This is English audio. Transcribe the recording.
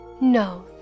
No